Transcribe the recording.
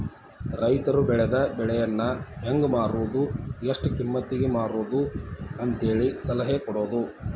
ರೈತರು ಬೆಳೆದ ಬೆಳೆಯನ್ನಾ ಹೆಂಗ ಮಾರುದು ಎಷ್ಟ ಕಿಮ್ಮತಿಗೆ ಮಾರುದು ಅಂತೇಳಿ ಸಲಹೆ ಕೊಡುದು